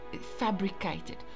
fabricated